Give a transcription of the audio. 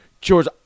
George